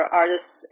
artists